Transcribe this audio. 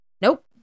Nope